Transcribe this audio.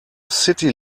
city